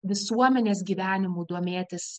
visuomenės gyvenimu domėtis